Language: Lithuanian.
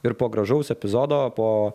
ir po gražaus epizodo po